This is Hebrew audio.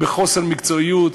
בחוסר מקצועיות,